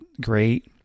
great